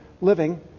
living